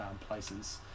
places